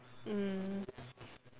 mmhmm